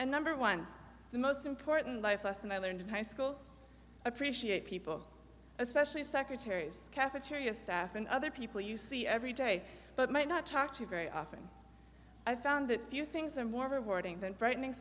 and number one the most important life lesson i learned in high school appreciate people especially secretaries cafeteria staff and other people you see every day but might not talk to you very often i found that few things a